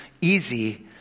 easy